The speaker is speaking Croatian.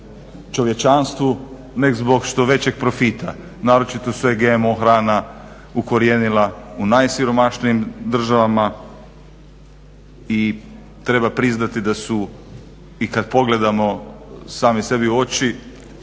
čovječanstvu nego zbog što većeg profita. Naročito se GMO hrana ukorijenila u najsiromašnijim državama i treba priznati da su i kad pogledamo sami sebi u oči